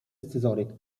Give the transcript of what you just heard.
scyzoryk